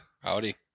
Howdy